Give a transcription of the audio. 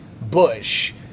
Bush